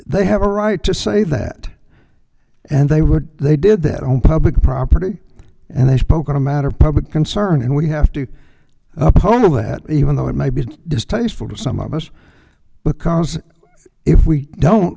they have a right to say that and they would they did that on public property and they spoke on a matter of public concern and we have to own that even though it might be distasteful to some of us because if we don't